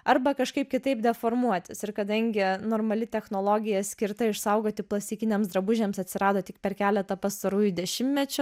arba kažkaip kitaip deformuotis ir kadangi normali technologija skirta išsaugoti plastikiniams drabužiams atsirado tik per keletą pastarųjų dešimtmečių